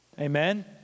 Amen